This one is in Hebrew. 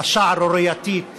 השערורייתית